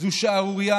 זו שערורייה